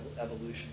evolution